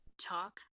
talk